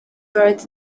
buried